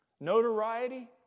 notoriety